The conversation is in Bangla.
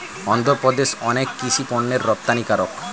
অন্ধ্রপ্রদেশ অনেক কৃষি পণ্যের রপ্তানিকারক